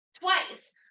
twice